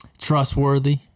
Trustworthy